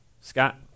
Scott